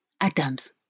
atoms